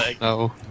No